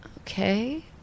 okay